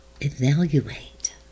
evaluate